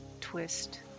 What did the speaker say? Twist